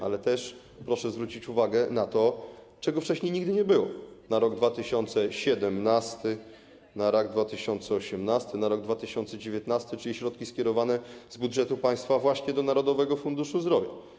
Ale też proszę zwrócić uwagę na to, czego wcześniej nigdy nie było - na rok 2017, na rok 2018, na rok 2019, czyli środki skierowane z budżetu państwa właśnie do Narodowego Funduszu Zdrowia.